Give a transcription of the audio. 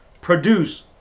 produce